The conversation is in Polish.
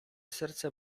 serce